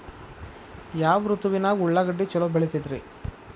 ಯಾವ ಋತುವಿನಾಗ ಉಳ್ಳಾಗಡ್ಡಿ ಛಲೋ ಬೆಳಿತೇತಿ ರೇ?